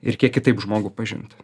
ir kiek kitaip žmogų pažint